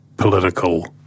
political